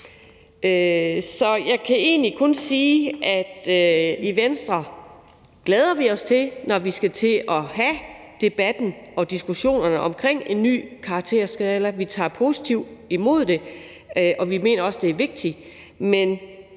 Så jeg kan egentlig kun sige, at vi i Venstre glæder os til at have debatten og diskussionerne omkring en ny karakterskala. Vi tager positivt imod det, og vi mener også, at det er vigtigt.